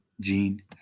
gene